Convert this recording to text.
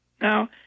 Now